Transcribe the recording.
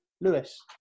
Lewis